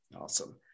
Awesome